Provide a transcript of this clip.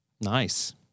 Nice